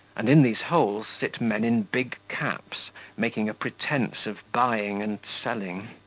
and in these holes sit men in big caps making a pretence of buying and selling.